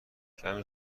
کمی